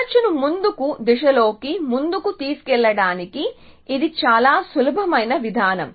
search ను ముందుకు దిశల్లోకి ముందుకు తీసుకెళ్లడానికి ఇది చాలా సులభమైన విధానం